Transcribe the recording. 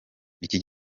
iki